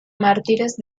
mártires